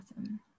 Awesome